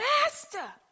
Master